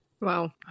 Wow